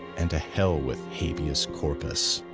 and to hell with habeas corpus.